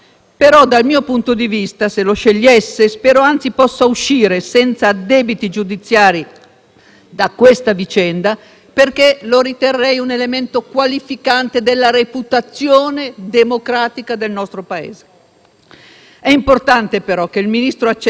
da questa vicenda, perché lo riterrei un elemento qualificante della reputazione democratica del nostro Paese. È importante, però, che il Ministro accetti di essere giudicato come accadrebbe a qualsiasi altro italiano accusato di sequestro,